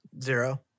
Zero